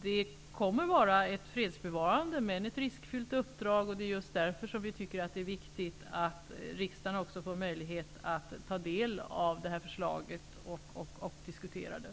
Det kommer att vara ett fredsbevarande men riskfyllt uppdrag, och det är just därför som vi tycker att det är viktigt att riksdagen också får möjlighet att ta del av förslaget och diskutera det.